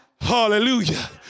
hallelujah